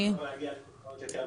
אני אשמח להגיע לתוצאות יותר מדויקות.